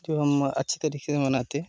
जो हम अच्छी तरीके से मनाते